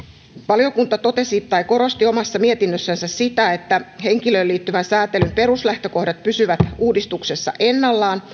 valiokunta korosti omassa mietinnössään sitä että henkilöön liittyvän sääntelyn peruslähtökohdat pysyvät uudistuksessa ennallaan